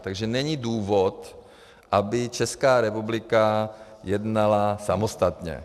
Takže není důvod, aby Česká republika jednala samostatně.